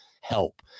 help